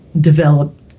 develop